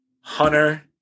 Hunter